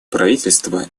правительства